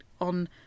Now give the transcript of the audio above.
on